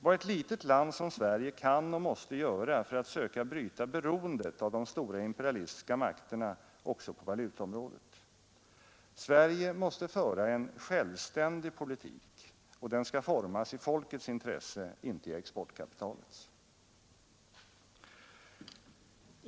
Vad ett litet land som Sverige kan och måste göra är att söka bryta beroendet av de stora imperialistiska makterna också på valutaområdet. Sverige måste föra en självständig politik och den skall formas i folkets intresse, inte i exportkapitalets.